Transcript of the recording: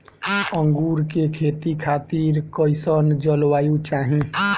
अंगूर के खेती खातिर कइसन जलवायु चाही?